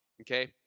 Okay